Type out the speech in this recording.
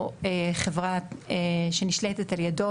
או חברה שנשלטת על ידו,